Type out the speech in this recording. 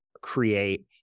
create